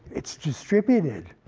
it's distributed.